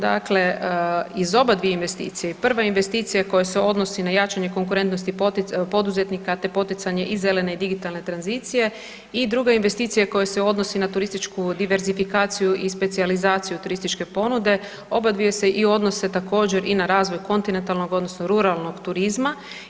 Dakle, iz oba dvije investicije i prva investicija koja se odnosi na jačanje konkurentnosti poduzetnika te poticanje i zelene i digitalne tranzicije i druga investicija koja se odnosi na turističku diverzifikaciju i specijalizaciju turističke ponude, oba dvije se i odnose također i na razvoj kontinentalnog odnosno ruralnog turizma.